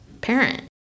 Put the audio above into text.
parent